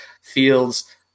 fields